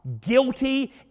guilty